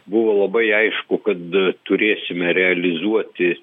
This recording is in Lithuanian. buvo labai aišku kad turėsime realizuoti